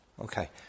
Okay